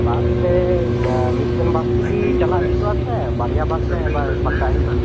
ᱵᱟᱥᱛᱮ ᱢᱤᱫᱴᱟᱱ ᱵᱟᱥᱛᱮᱜᱮ ᱪᱟᱞᱟᱜ ᱡᱩᱛᱩᱜᱼᱟ ᱥᱮ ᱵᱟᱨᱭᱟ ᱵᱟᱥ ᱨᱮ ᱯᱟᱞᱴᱟᱣ ᱦᱩᱭᱩᱜ ᱟ